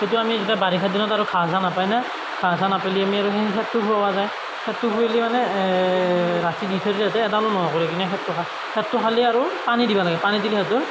তেতিয়া আমি যেতিয়া বাৰিষা দিনত আৰু ঘাঁহ চাহ নাপাই না ঘাঁহ চাহ নাপালে আমি আৰু সেই খেৰটো খুওৱা যায় খেৰটো খুৱালে মানে ৰাতি দি থৈ দিলে সিহঁতে এডালো নোহোৱা কৰি কিনে খেৰটো খায় খেৰটো খালে আৰু পানী দিবা লাগে পানী দিলে সিহঁতৰ